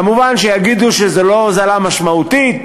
כמובן יגידו שזו לא הוזלה משמעותית,